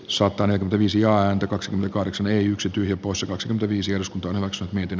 saatana kyviisi ääntä kaksi l kahdeksan yksi tyhjä poissa kaksi deviisi jos kotona on se miten